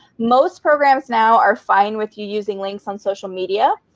most programs now are fine with you using links on social media.